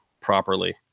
properly